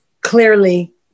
clearly